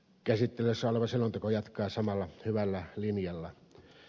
käsittelyssä oleva selonteko jatkaa samalla hyvällä linjalla